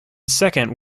second